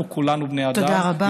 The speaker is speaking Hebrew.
אנחנו כולנו בני אדם, תודה רבה.